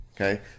okay